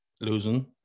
losing